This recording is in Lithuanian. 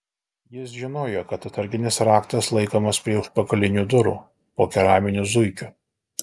jis žinojo kad atsarginis raktas laikomas prie užpakalinių durų po keraminiu zuikiu